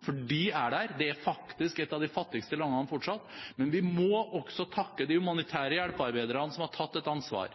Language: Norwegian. Afghanistan. De er der – det er faktisk fortsatt et av de fattigste landene. Vi må også takke de humanitære hjelpearbeiderne som har tatt et ansvar,